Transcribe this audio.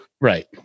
right